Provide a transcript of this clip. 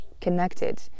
connected